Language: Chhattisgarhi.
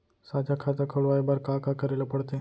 साझा खाता खोलवाये बर का का करे ल पढ़थे?